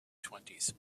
twenties